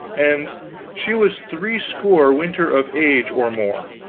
and she was threescore winter of age or more